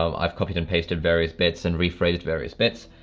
um i've copied and pasted various bits and rephrased various bits.